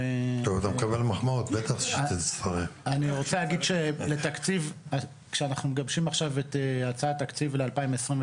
כאשר אנחנו מגבשים עכשיו את הצעת התקציב ל-2023,